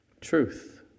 truth